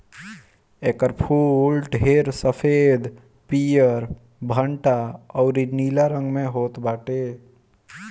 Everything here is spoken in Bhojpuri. एकर फूल ढेर सफ़ेद, पियर, भंटा अउरी नीला रंग में होत बाटे